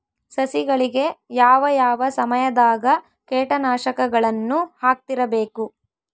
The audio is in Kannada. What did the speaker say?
ಸಸಿಗಳಿಗೆ ಯಾವ ಯಾವ ಸಮಯದಾಗ ಕೇಟನಾಶಕಗಳನ್ನು ಹಾಕ್ತಿರಬೇಕು?